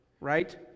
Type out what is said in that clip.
right